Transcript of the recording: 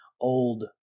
old